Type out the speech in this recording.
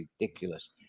ridiculous